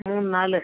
மூணு நாள்